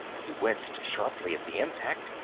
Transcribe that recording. he winced sharply at the impact.